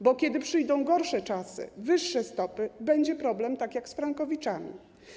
Bo kiedy przyjdą gorsze czasy, wyższe stopy, będzie problem tak jak w przypadku frankowiczów.